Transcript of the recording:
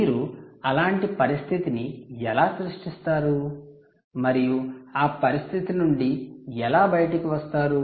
మీరు అలంటి పరిస్థితిని ఎలా సృష్టిస్తారు మరియు ఆ పరిస్థితి నుండి ఎలా బయటకు వస్తారు